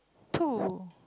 two